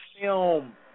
film